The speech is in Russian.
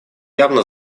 явно